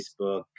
Facebook